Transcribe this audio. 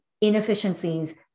inefficiencies